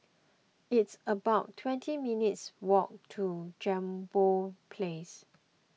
it's about twenty minutes' walk to Jambol Place